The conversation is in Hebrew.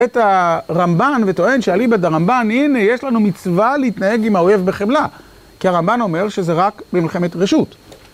את הרמבן וטוען שעל יבד הרמבן, הנה, יש לנו מצווה להתנהג עם האויב בחמלה. כי הרמבן אומר שזה רק במלחמת רשות.